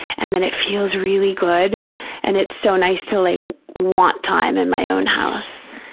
and then it feels really good and it's so nice to like want time in my own house.